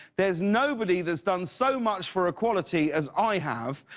there's nobody that's done so much for equality as i have,